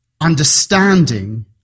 understanding